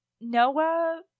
noah